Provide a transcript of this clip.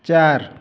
चार